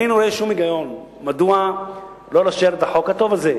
אני לא רואה שום היגיון מדוע לא לאשר את החוק הטוב הזה,